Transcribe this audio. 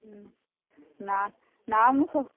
ହୁଁ ନା ନା ମୁଁ